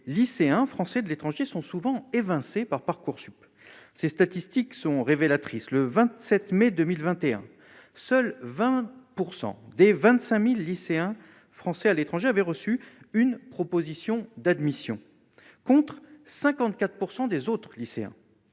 les lycéens français de l'étranger sont souvent évincé par Parcoursup, ces statistiques sont révélatrices : le 27 mai 2021 seuls 20 % des 25000 lycéens français à l'étranger, avait reçu une proposition d'admission, contre 54 % des autres lycéens,